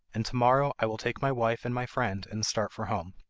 and to-morrow i will take my wife and my friend and start for home